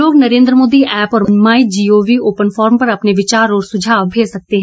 लोग नरेन्द्र मोदी ऐप और my G O V open forum पर अपने विचार और सुझाव भेज सकते हैं